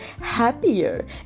happier